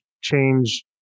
change